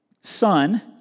Son